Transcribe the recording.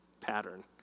pattern